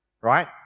right